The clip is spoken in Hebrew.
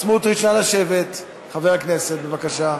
סמוּטריץ, נא לשבת, חבר הכנסת, בבקשה.